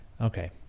Okay